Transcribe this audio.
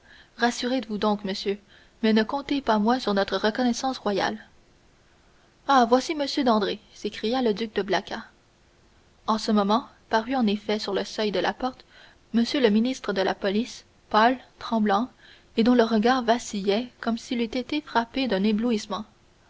rassurez-vous donc monsieur mais ne comptez pas moins sur notre reconnaissance royale ah voici m dandré s'écria le duc de blacas en ce moment parut en effet sur le seuil de la porte m le ministre de la police pâle tremblant et dont le regard vacillait comme s'il eût été frappé d'un éblouissement